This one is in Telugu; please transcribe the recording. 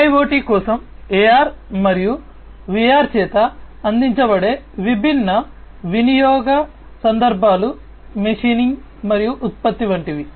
IIoT కోసం AR మరియు VR చేత అందించబడే విభిన్న వినియోగ సందర్భాలు మెషిన్ ఇంగ్ మరియు ఉత్పత్తి వంటివి